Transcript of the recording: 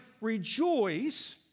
rejoice